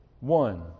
one